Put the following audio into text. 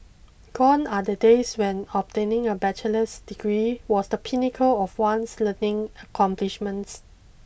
gone are the days when obtaining a bachelor's degree was the pinnacle of one's learning accomplishments